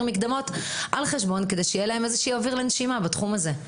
מקדמות על חשבון כדי שיהיה להם אוויר לנשימה בתחום הזה.